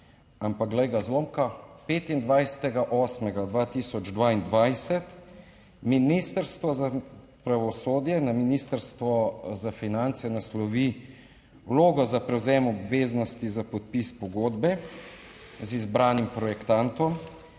Ampak glej ga zlomka, 25. 8. 2022 Ministrstvo za pravosodje na Ministrstvo za finance naslovi vlogo za prevzem obveznosti za podpis pogodbe z izbranim projektantom,